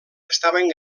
estaven